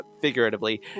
figuratively